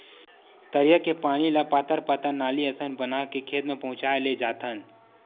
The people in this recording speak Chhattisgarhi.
तरिया के पानी ल पातर पातर नाली असन बना के खेत म पहुचाए लेजाथन